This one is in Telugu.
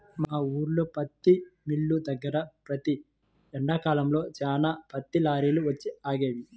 మా ఊల్లో పత్తి మిల్లు దగ్గర ప్రతి ఎండాకాలంలో చాలా పత్తి లారీలు వచ్చి ఆగేవి